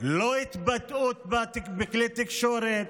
לא התבטאות בכלי תקשורת,